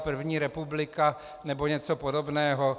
První republika nebo něco podobného.